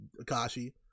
Akashi